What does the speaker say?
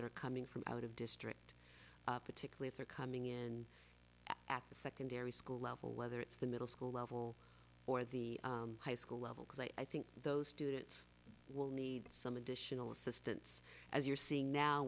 that are coming from out of district particularly if they're coming in at the secondary school level whether it's the middle school level or the high school level because i think those students will need some additional assistance as you're seeing now